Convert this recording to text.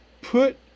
put